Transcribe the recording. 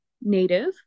native